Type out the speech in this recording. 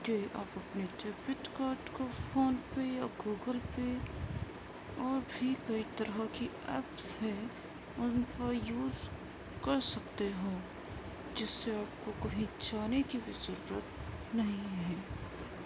کہ آپ اپنے ڈیبٹ کارڈ کو فون پے یا گوگل پے اور بھی کئی طرح کی ایپس ہے ان پر یوز کر سکتے ہو جس سے آپ کو کہیں جانے کی بھی ضرورت نہیں ہے